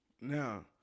Now